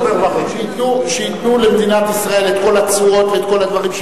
שייתנו למדינת ישראל את כל התשואות ואת כל הדברים,